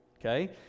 Okay